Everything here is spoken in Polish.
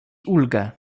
ulgę